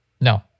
No